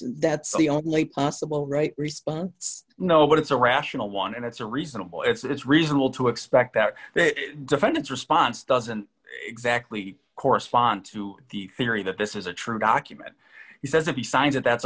that's the only possible right response no but it's a rational one and it's a reasonable it's reasonable to expect that defendants response doesn't exactly correspond to the theory that this is a true document he says if he signs it that's